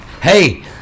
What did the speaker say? hey